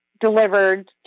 delivered